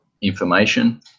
information